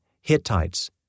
Hittites